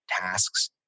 tasks